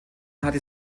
hatte